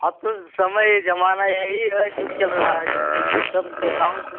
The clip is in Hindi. अब तो समय जमाना यही है जो चल रहा है जो कि सब एकाउन्ट से